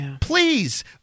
please